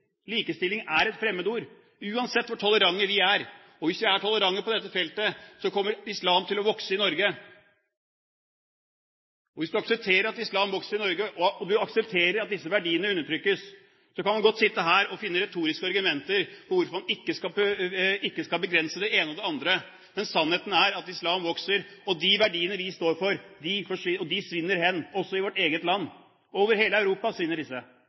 Likestilling er et fremmedord uansett hvor tolerante vi er, og hvis vi er tolerante på dette feltet, kommer islam til å vokse i Norge. Hvis en aksepterer at islam vokser i Norge, og en aksepterer at disse verdiene undertrykkes, kan en godt sitte her og finne retoriske argumenter for hvorfor en ikke skal begrense det ene og det andre. Men sannheten er at islam vokser, og de verdiene vi står for, svinner hen også i vårt eget land – over hele Europa